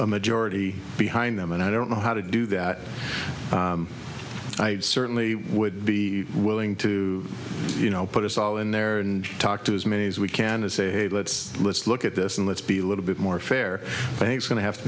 a majority behind them and i don't know how to do that i certainly would be willing to you know put us all in there and talk to as many as we can to say let's let's look at this and let's be a little bit more fair thanks going to have to